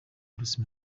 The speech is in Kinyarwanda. bruce